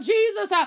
Jesus